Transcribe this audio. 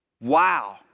Wow